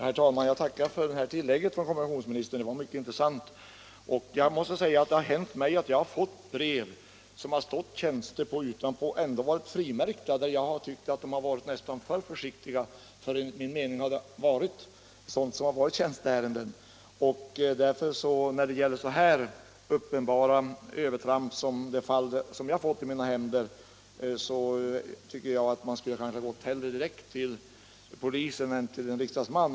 Herr talman! Jag tackar för det här tillägget från kommunikationsministern. Det var mycket intressant. Det har hänt mig att jag har fått brev i tjänstekuvert som ändå har varit frimärkta och där jag har tyckt att avsändarna varit nästan för försiktiga, för enligt min mening har det varit tjänsteärenden. När det gäller så uppenbara övertramp som i fråga om de brev som jag nu fått i min hand tycker jag att man kanske hellre borde ha gått direkt till polisen än till en riksdagsman.